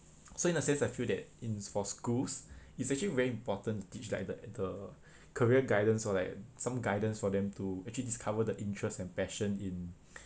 so in a sense I feel that in for schools it's actually very important to teach like the the career guidance or like some guidance for them to actually discover the interests and passion in